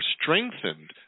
strengthened